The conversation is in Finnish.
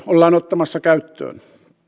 ollaan ottamassa käyttöön